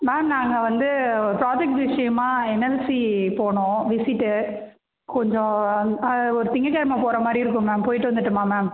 ma'am நாங்கள் வந்து project விஷியமாக என்எல்சி போகணும் விசிட்டு கொஞ்சம் ஒரு திங்கக்கிழம போகறமாரி இருக்கும் மேம் போயிட்டு வந்துட்டுமா மேம்